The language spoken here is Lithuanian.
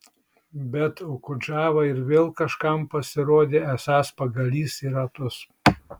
bet okudžava ir vėl kažkam pasirodė esąs pagalys į ratus